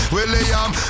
William